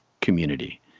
community